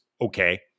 okay